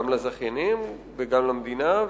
גם לזכיינים וגם למדינה,